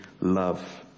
love